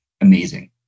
amazing